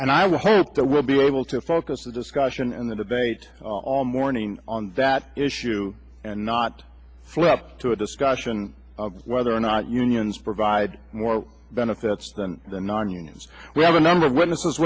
and i would hope that we'll be able to focus the discussion and the debate all morning on that issue and not flip to a discussion of whether or not unions provide more benefits than the non unions we have a number of witnesses